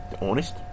honest